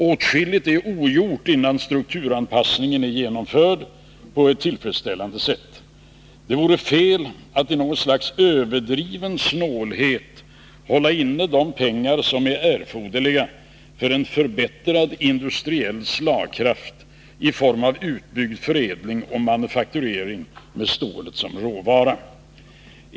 Åtskilligt är ogjort så länge strukturanpassningen inte är genomförd på ett tillfredsställande sätt. Det vore fel att i något slags överdriven snålhet hålla inne de pengar som är erforderliga för en förbättrad industriell slagkraft i form av utbyggd förädling och manufakturering med stålet som råvara.